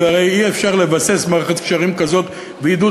והרי אי-אפשר לבסס מערכת קשרים כזאת ועידוד